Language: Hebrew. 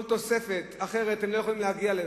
כל תוספת אחרת, הם לא יכולים להגיע לזה.